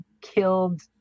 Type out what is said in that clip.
killed